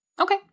Okay